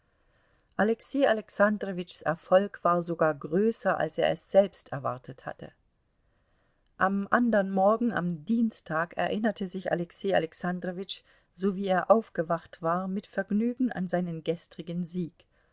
alexei alexandrowitschs erfolg war sogar größer als er es selbst erwartet hatte am andern morgen am dienstag erinnerte sich alexei alexandrowitsch sowie er aufgewacht war mit vergnügen an seinen gestrigen sieg